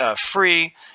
free